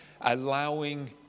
allowing